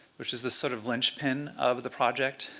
which is the sort of linchpin of the project.